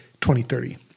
2030